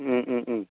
उम उम उम